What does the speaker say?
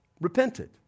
repented